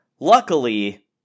Luckily